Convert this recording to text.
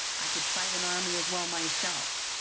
i could fight an army as well myself.